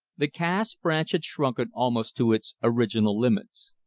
the cass branch had shrunken almost to its original limits.